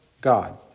God